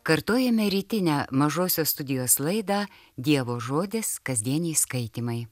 kartojame rytinę mažosios studijos laidą dievo žodis kasdieniai skaitymai